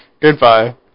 Goodbye